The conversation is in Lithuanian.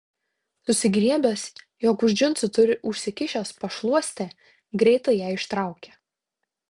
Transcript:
susigriebęs jog už džinsų turi užsikišęs pašluostę greitai ją ištraukė